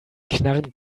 knarren